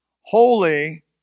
holy